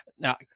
Now